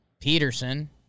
Peterson